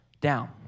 down